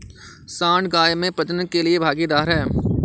सांड गाय में प्रजनन के लिए भागीदार है